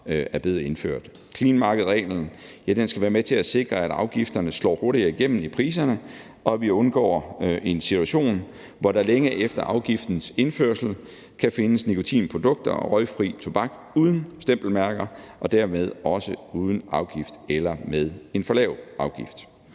er blevet indført. Clean market-reglen skal være med til at sikre, at afgifterne slår hurtigere igennem i priserne, og at vi undgår en situation, hvor der længe efter afgiftens indførsel kan findes nikotinprodukter og røgfri tobak uden stempelmærker og dermed også uden afgift eller med en for lav afgift.